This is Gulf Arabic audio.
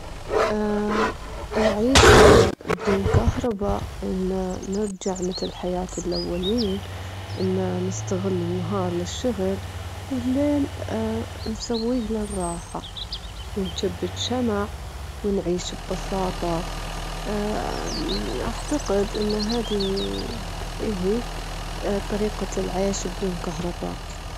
أفضل إني أرجع متين سنة للماضي عشان أتعلم من تجارب الناس في ديك الفترة، أشوفهم كيف يطورون، برايي أن الماضي يعطينا دروس قيمة للحياة.